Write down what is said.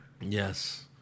Yes